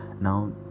now